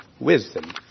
wisdom